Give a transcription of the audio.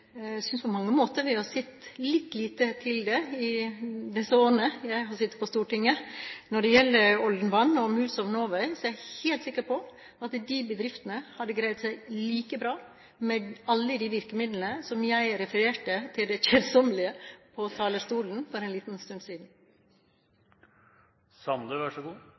synes på mange måter vi har sett litt lite til det i disse årene jeg har sittet på Stortinget. Når det gjelder Olden vatn og Moods of Norway, er jeg helt sikker på at de bedriftene hadde greid seg like bra med alle de virkemidlene som jeg refererte til det kjedsommelige på talerstolen for en liten